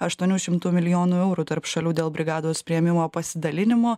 aštuonių šimtų milijonų eurų tarp šalių dėl brigados priėmimo pasidalinimo